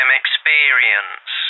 experience